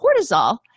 cortisol